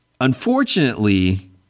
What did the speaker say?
Unfortunately